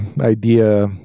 idea